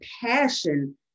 passion